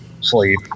Sleep